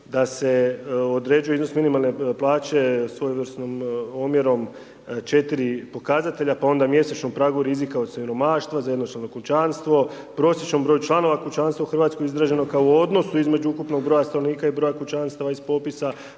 da se određuje iznos minimalne plaće svojevrsnim omjerom 4 pokazatelja, pa onda mjesečnom pragu rizika od siromaštva za jednočlano kućanstvo, prosječnom broju članova kućanstva u Hrvatskoj izraženo kao u odnosu između ukupnog broja stanovnika i broja kućanstava iz popisa,